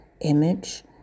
image